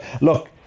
Look